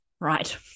right